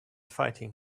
fighting